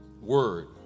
word